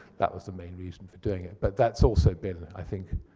that was the main reason for doing it. but that's also been, i think,